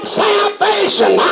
salvation